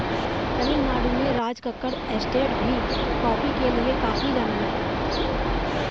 तमिल नाडु में राजकक्कड़ एस्टेट भी कॉफी के लिए काफी जाना जाता है